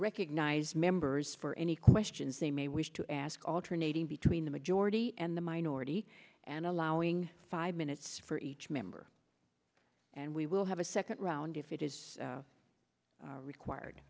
recognize members for any questions they may wish to ask alternating between the majority and the minority and allowing five minutes for each member and we will have a second round if it is required